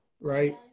right